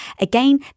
Again